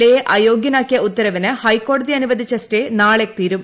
A യെ അയോഗ്യനാക്കിയ ഉത്തരവിന് ഹൈക്കോടതി അനുവദിച്ച സ്റ്റേ നാളെ തീരും